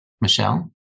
Michelle